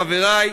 חברי,